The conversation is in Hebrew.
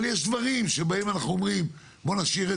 אבל יש דברים שבהם אנחנו אומרים בואו נשאיר את